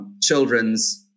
children's